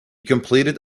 completed